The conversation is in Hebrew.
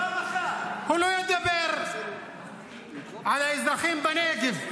--- פעם אחת --- הוא לא ידבר על האזרחים בנגב,